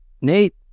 nate